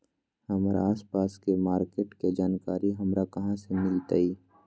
हमर आसपास के मार्किट के जानकारी हमरा कहाँ से मिताई?